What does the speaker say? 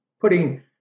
putting